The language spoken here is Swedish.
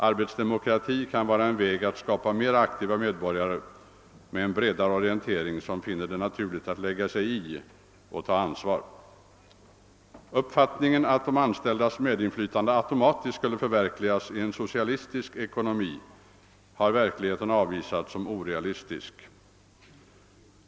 Arbetsdemokrati kan vara en väg att skapa mera aktiva medborgare som har bredare orientering och som finner det naturligt att »lägga sig i« och ta Uppfattningen att de anställdas medinflytande automatiskt skulle förverkligas i en socialistisk ekonomi har verkligheten avvisat som orealistisk.